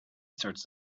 starts